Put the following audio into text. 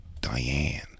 diane